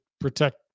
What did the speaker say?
protect